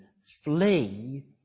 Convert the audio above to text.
flee